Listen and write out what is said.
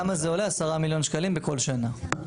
עשרה מיליון שקלים בכל שנה.